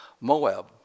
Moab